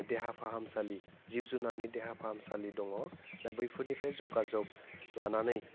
देहा फाहामसालि जिब जुनारनि देहा फाहामसालि दङ दा बैफोरनिफ्राय जगाजग लानानै